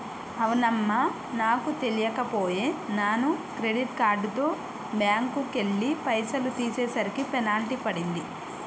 అవునమ్మా నాకు తెలియక పోయే నాను క్రెడిట్ కార్డుతో బ్యాంకుకెళ్లి పైసలు తీసేసరికి పెనాల్టీ పడింది